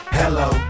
hello